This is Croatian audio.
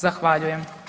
Zahvaljujem.